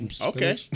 Okay